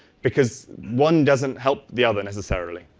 because one doesn't help the other necessarily.